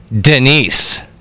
Denise